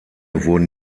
wurden